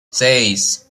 seis